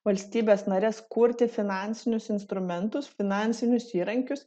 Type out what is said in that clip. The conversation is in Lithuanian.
valstybes nares kurti finansinius instrumentus finansinius įrankius